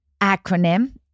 acronym